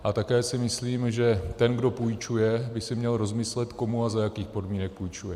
A také si myslím, že ten, kdo půjčuje, by si měl rozmyslet, komu a za jakých podmínek půjčuje.